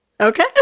Okay